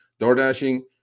DoorDashing